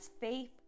faith